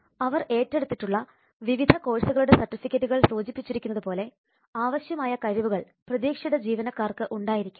അവർ ഏറ്റെടുത്തിട്ടുള്ള വിവിധ കോഴ്സുകളുടെ സർട്ടിഫിക്കറ്റുകൾ സൂചിപ്പിച്ചിരിക്കുന്നത് പോലെ ആവശ്യമായ കഴിവുകൾ പ്രതീക്ഷിത ജീവനക്കാർക്ക് ഉണ്ടായിരിക്കണം